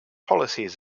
policies